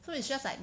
so it's just like